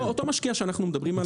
אותו משקיע עליו אנחנו מדברים,